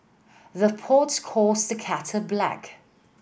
the pot calls the kettle black